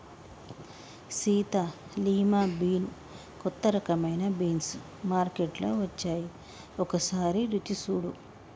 Sita lima bean కొత్త రకమైన beans మార్కేట్లో వచ్చాయి ఒకసారి రుచి సుడు